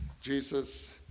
Jesus